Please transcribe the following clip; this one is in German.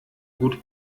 gut